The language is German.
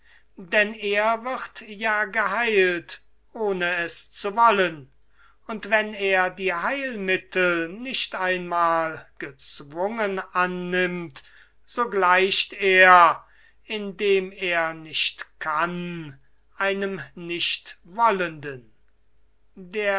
denn er wird ja geheilt ohne es zu wollen und wenn er die heilmittel nicht einmal gezwungen annimmt so gleicht er indem er nicht kann einem nicht wollenden